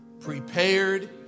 prepared